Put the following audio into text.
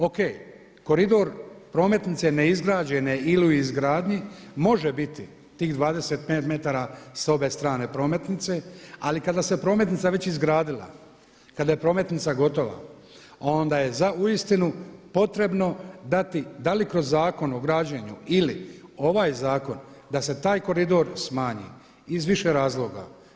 O.k. koridor prometnice neizgrađene ili u izgradnji može biti tih 25 metara s obe strane prometnice, ali kada se prometnica već izgradila, kada je prometnica gotova onda je uistinu potrebno dati, da li kroz Zakon o građenju ili ovaj zakon da se taj koridor smanji iz više razloga.